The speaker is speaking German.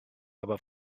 aber